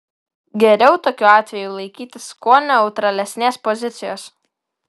geriau tokiu atveju laikytis kuo neutralesnės pozicijos